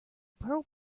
pearl